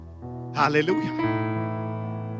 Hallelujah